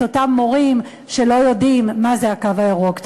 אותם מורים שלא יודעים מה זה הקו הירוק.